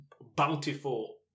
bountiful